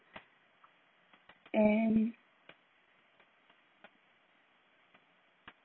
and